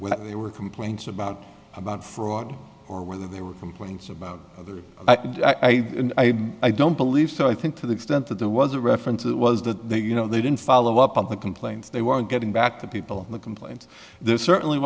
where there were complaints about about fraud or whether they were complaints about others and i i i don't believe so i think to the extent that there was a reference it was that they you know they didn't follow up on the complaints they were getting back to people in the complaint there certainly